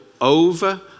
over